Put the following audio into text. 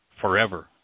forever